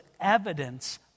evidence